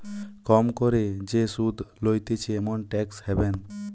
কম করে যে সুধ লইতেছে এমন ট্যাক্স হ্যাভেন